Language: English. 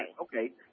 Okay